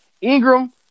Ingram